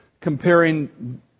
comparing